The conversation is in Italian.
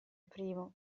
primo